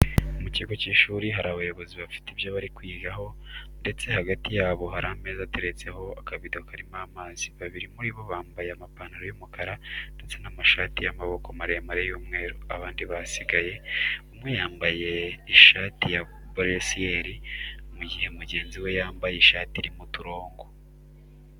Mu kigo cy'ishuri hari abayobozi bafite ibyo bari kwigaho ndetse hagati yabo hari ameza ateretseho ikabido karimo amazi. Babiri muri bo bambaye amapantaro y'umukara ndetse n'amashati y'amaboko maremare y'umweru, abandi basigaye, umwe yambaye ishati ya buresiyeri, mu gihe mugenzi we yambaye ishati irimo uturongo.